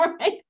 right